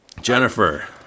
Jennifer